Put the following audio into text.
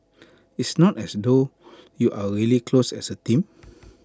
it's not as though you're really close as A team